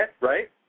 right